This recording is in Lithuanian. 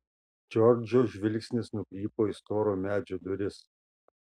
džordžo žvilgsnis nukrypo į storo medžio duris